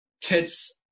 kids